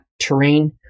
terrain